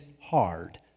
hard